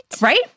Right